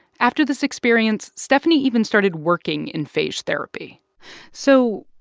after this experience, steffanie even started working in phage therapy so,